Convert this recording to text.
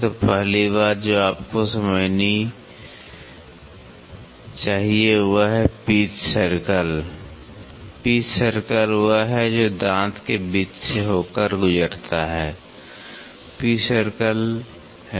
तो पहली बात जो आपको समझनी चाहिए वह है पिच सर्कल पिच सर्कल वह है जो दांत के बीच से होकर गुजरता है पिच सर्कल है